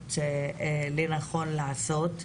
רואות לנכון לעשות.